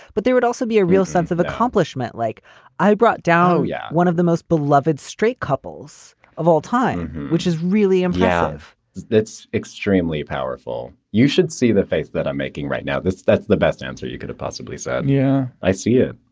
but they would also be a real sense of accomplishment like i brought down. yeah, one of the most beloved straight couples of all time, which is really impressive it's extremely powerful. you should see the face that i'm making right now. that's that's the best answer you could possibly say. yeah, i see it.